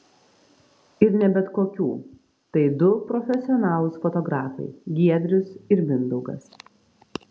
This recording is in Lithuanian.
ir ne bet kokių tai du profesionalūs fotografai giedrius ir mindaugas